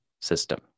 system